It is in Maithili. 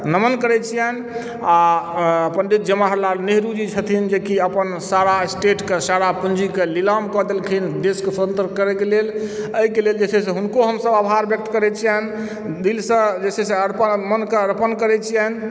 नमन करैत छियनि आ पंडित जवाहर लाल नेहरू जे छथिन जे कि अपन सारा स्टेटके सारा पूँजीके नीलाम कऽ देलखिन देशके स्वतंत्र करयके लेल एहिके लेल जे छै से हुनको हमसभ आभार व्यक्त करैत छियनि दिलसँ जे छै अर्पण मनके अर्पण करैत छियनि